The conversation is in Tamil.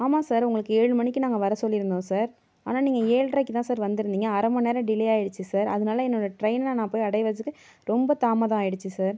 ஆமாம் சார் உங்களுக்கு ஏழு மணிக்கு நாங்கள் வர சொல்லிருந்தோம் சார் ஆனால் நீங்கள் ஏழ்ரைக்கு தான் சார் வந்துருந்தீங்க அரைமண் நேரம் டிளே ஆயிடுச்சு சார் அதனால் என்னோட ட்ரெயினை நான் போய் அடைவதற்கு ரொம்ப தாமதம் ஆயிடுச்சு சார்